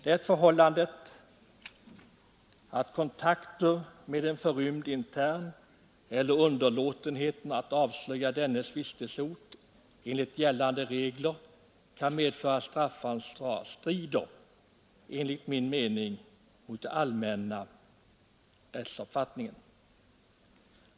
Det förhållandet att kontakter med en förrymd intern eller underlåtenhet att avslöja dennes vistelseort inte enligt gällande regler kan medföra straffansvar strider — enligt min mening — mot den allmänna rättsuppfattningen.